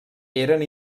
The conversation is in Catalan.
eren